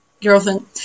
girlfriend